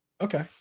okay